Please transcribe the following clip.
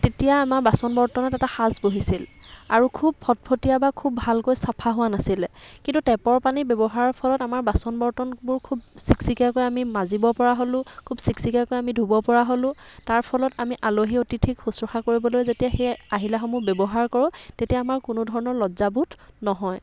তেতিয়া আমাৰ বাচন বৰ্তনত এটা সাজ বহিছিল আৰু খুব ফটফটীয়া বা খুব ভালকৈ চাফা হোৱা নাছিলে কিন্তু টেপৰ পানী ব্যৱহাৰৰ ফলত আমাৰ বাচন বৰ্তনবোৰ খুব চিকচিকীয়াকৈ আমি মাজিব পৰা হ'লোঁ খুব চিকচিকীয়াকৈ আমি ধোব পৰা হ'লোঁ তাৰ ফলত আমি আলহী অতিথিক সুশ্ৰূষা কৰিবলৈ যেতিয়া সেই আহিলাসমূহ ব্যৱহাৰ কৰোঁ তেতিয়া আমাৰ কোনো ধৰণৰ লজ্জাবোধ নহয়